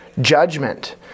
judgment